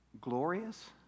Glorious